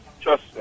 trust